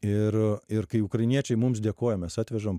ir ir kai ukrainiečiai mums dėkoja mes atvežam